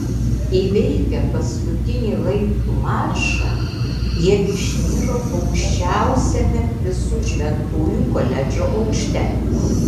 įveikę paskutinį laiptų maršą jie išniro aukščiausiame visų šventųjų koledžo aukšte